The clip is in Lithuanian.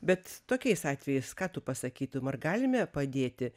bet tokiais atvejais ką tu pasakytum ar galime padėti